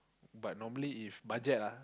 but normally if budget ah